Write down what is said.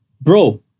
Bro